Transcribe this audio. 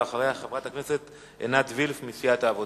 ואחריה, חברת הכנסת עינת וילף מסיעת העבודה.